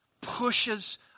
pushes